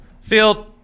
Field